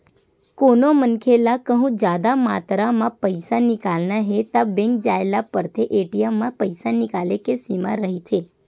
कोनो मनखे ल कहूँ जादा मातरा म पइसा निकालना हे त बेंक जाए ल परथे, ए.टी.एम म पइसा निकाले के सीमा रहिथे